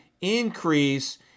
increase